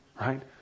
right